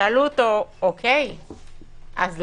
שאלו אותו: אז למה?